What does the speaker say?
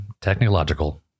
technological